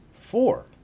four